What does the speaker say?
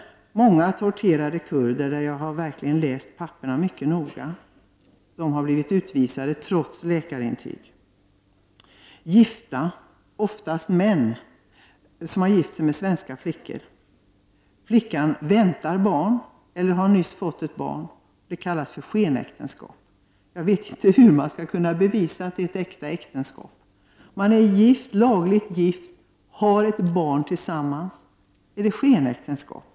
Många torterade kurder — jag har läst papperen mycket noga — har blivit utvisade trots läkarintyg. Gifta personer — oftast män som har gift sig med svenska flickor — har blivit utvisade. Flick orna väntar barn eller har nyss fått ett barn. Det kallas för skenäktenskap. Jag vet inte hur man skall kunna bevisa att det är ett äkta äktenskap, när det inte räcker att man är lagligt gift och har ett barn tillsammans. Är det ett skenäktenskap?